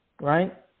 right